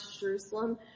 Jerusalem